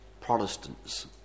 Protestants